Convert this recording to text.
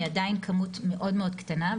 היא עדיין כמות מאוד-מאוד קטנה.